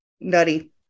nutty